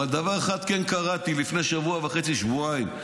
דבר אחד כן קראתי לפני שבוע וחצי שבועיים,